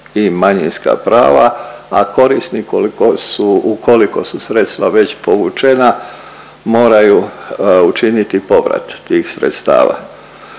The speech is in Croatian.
i manjinska prava, a korisniku koliko su, ukoliko su sredstva već povučena moraju učiniti povrat tih sredstava.